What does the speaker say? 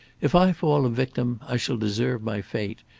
if i fall a victim i shall deserve my fate,